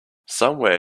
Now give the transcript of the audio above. somewhere